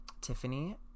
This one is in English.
Tiffany